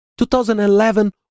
2011